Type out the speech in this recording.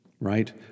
right